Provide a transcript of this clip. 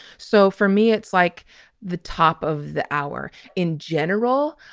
so for me, it's like the top of the hour in general.